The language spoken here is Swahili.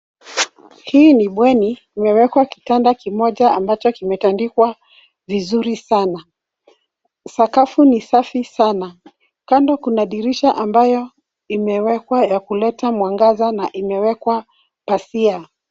Hii ni bweni. Imewekwa kitanda kimoja ambacho kimetandikwa vizuri sana. Sakafu ni safi sana. Kando kuna dirisha ambayo imewekwa ya kuleta mwangaza na imewekwa pazia.